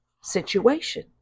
situation